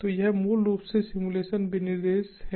तो यह मूल रूप से सिम्युलेशन विनिर्देश है